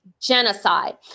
genocide